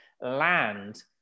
land